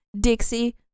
Dixie